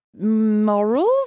morals